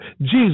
Jesus